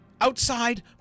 Outside